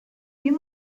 you